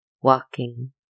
Walking